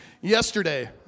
yesterday